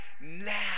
now